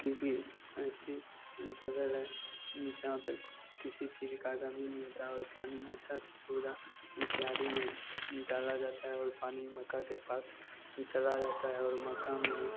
क्योंकी ऐसी फ़सल है जहाँ पर किसी चीज़ की कमी नहीं होती और पानी में अच्छी सी सुविधा क्यारी में डाला जाता है और पानी मक्का के पास चला जाता है और मक्का में ही